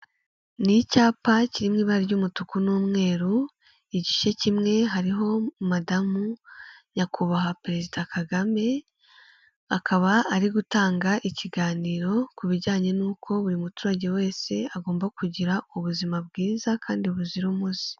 Ni icyapa kiri mu ibara ry'umutuku n'umweru, igice kimwe hariho madamu Nyakubahwa perezida Kagame, akaba ari gutanga ikiganiro ku bijyanye n'uko buri muturage wese agomba kugira ubuzima bwiza kandi buzira umuze.